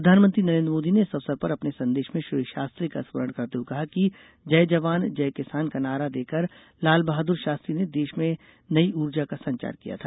प्रधानमंत्री नरेन्द्र मोदी ने इस अवसर पर अपने संदेश में श्री शास्त्री का स्मरण करते हुए कहा कि जय जवान जय किसान का नारा देकर लालबहादुर शास्त्री ने देश में नई ऊर्जा का संचार किया था